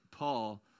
Paul